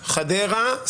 חדרה,